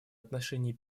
отношении